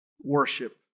worship